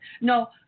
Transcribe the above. No